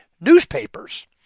newspapers